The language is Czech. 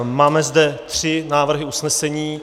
Máme zde tři návrhy usnesení.